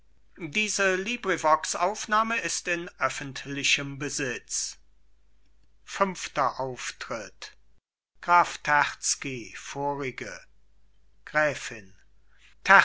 fünfter auftritt graf terzky vorige gräfin